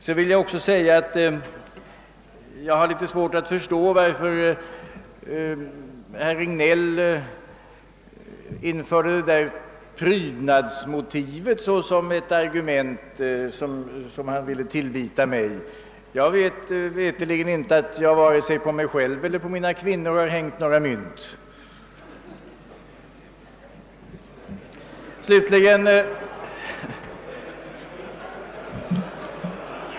Jag vill också säga att jag har litet svårt att förstå varför herr Regnéll införde prydnadsmotivet såsom ett argument som han ville tillvita mig. Jag har veterligen inte, vare sig på mig själv eller på mina kvinnor, hängt några mynt!